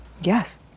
Yes